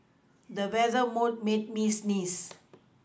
the weather would made me sneeze